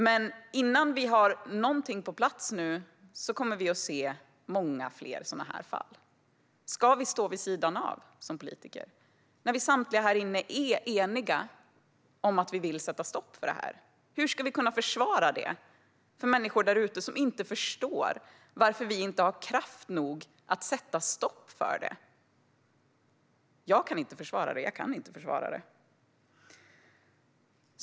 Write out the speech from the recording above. Men innan vi har någonting på plats kommer vi att se många fler fall som dessa. Ska vi politiker stå vid sidan av? Samtliga här i riksdagen är ju eniga om att vi vill sätta stopp för detta. Hur ska vi kunna försvara det här inför människor där ute som inte förstår varför vi inte har kraft nog att sätta stopp? Jag kan verkligen inte försvara det här.